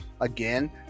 again